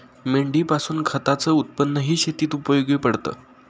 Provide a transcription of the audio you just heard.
मेंढीपासून खताच उत्पन्नही शेतीत उपयोगी पडते